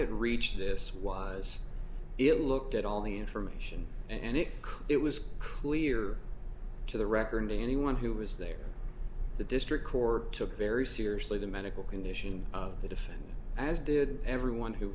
wiod reached this was it looked at all the information and if it was clear to the record anyone who was there the district court took very seriously the medical condition of the defendant as did everyone who